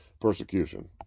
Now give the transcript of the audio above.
persecution